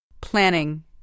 Planning